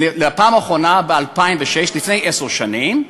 הפעם האחרונה ב-2006, לפני עשר שנים,